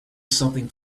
something